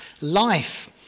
life